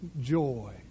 joy